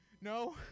no